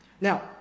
Now